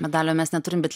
medalio mes neturim bet